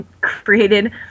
created